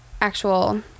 actual